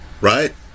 right